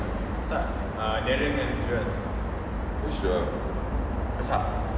who's joel